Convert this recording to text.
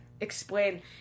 explain